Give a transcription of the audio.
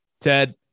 Ted